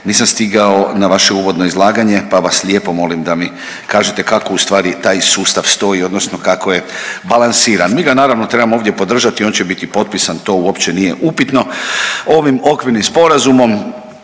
nisam stigao na vaše uvodno izlaganje, pa vas lijepo molim da mi kažete kako ustvari taj sustav stoji odnosno kako je balansiran. Mi ga naravno trebamo ovdje podržati i on će biti potpisan, to uopće nije upitno. Ovim okvirnim sporazumom